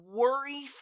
worry